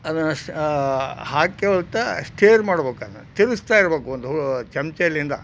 ಅದನ್ನು ಸ್ ಹಾಕ್ಕೊಳ್ತ ಸ್ಟೇರ್ ಮಾಡ್ಬೇಕು ಅದನ್ನು ತಿರುಗಿಸ್ತಾ ಇರಬೇಕು ಒಂದು ಚಮಚಲಿಂದ